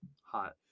Hot